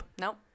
nope